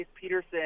Peterson